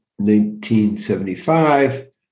1975